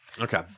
Okay